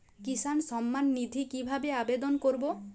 কিষান সম্মাননিধি কিভাবে আবেদন করব?